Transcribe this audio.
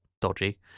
dodgy